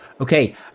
Okay